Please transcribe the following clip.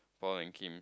Paul and Kim